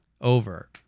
over